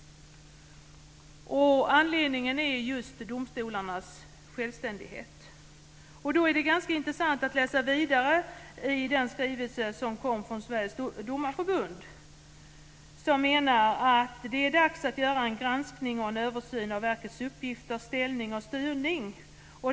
Anledningen är just domstolarnas självständighet. Det är ganska intressant att läsa vidare i den skrivelse som kom från Sveriges domarförbund. Där menar man att det är dags att göra en granskning och en översyn av verkets uppgifter, ställning och styrning.